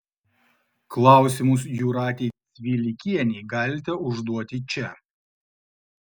klausimus jūratei cvilikienei galite užduoti čia